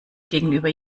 gegenüber